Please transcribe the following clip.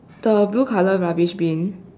the blue colour rubbish bin